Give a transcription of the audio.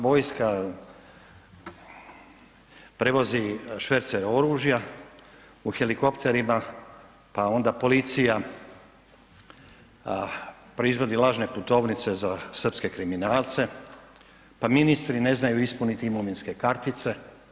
Vojska prevozi švercere oružja u helikopterima, pa onda policija proizvodi lažne putovnice za srpske kriminalce, pa ministri ne znaju ispuniti imovinske kartice.